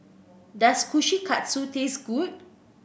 does Kushikatsu taste good